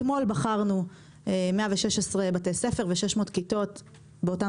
אתמול בחרנו 116 בתי ספר ו-600 כיתות באותם